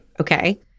okay